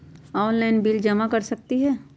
Online bill जमा कर सकती ह?